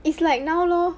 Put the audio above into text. it's like now lor